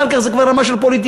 אחר כך זה כבר רמה של פוליטיקאים,